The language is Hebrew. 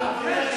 כן.